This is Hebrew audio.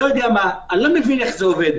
אני לא יודע מה, אני לא מבין איך זה עובד.